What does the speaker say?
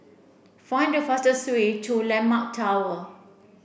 find the fastest way to Landmark Tower